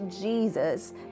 Jesus